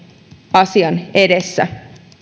asian edessä